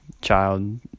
child